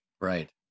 right